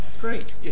Great